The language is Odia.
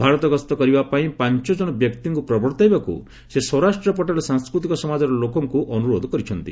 ଭାରତ ଗସ୍ତ କରିବା ପାଇଁ ପାଞ୍ଚ ଜଣ ବ୍ୟକ୍ତିଙ୍କୁ ପ୍ରବର୍ତ୍ତାଇବାକୁ ସେ ସୌରାଷ୍ଟ୍ର ପଟେଲ୍ ସାଂସ୍କୃତିକ ସମାଜର ଲୋକ ଅନୁରୋଧ କରିଛନ୍ତି